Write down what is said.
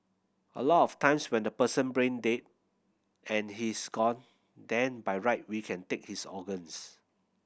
a lot of times when the person brain dead and he's gone then by right we can take his organs